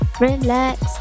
relax